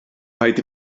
rhaid